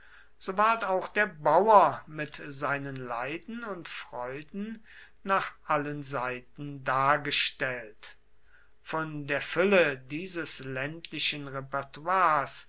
so ward auch der bauer mit seinen leiden und freuden nach allen seiten dargestellt von der fülle dieses ländlichen repertoires